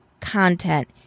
content